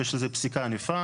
יש לזה פסיקה ענפה,